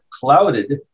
clouded